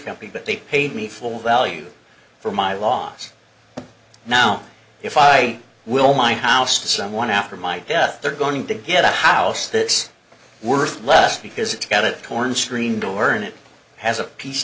company but they paid me full value for my loss now if i will my house to someone after my death they're going to get a house that's worth less because it's got it torn screen door and it has a piece